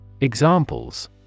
Examples